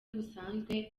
busanzwe